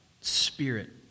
spirit